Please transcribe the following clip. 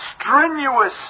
strenuous